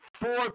Four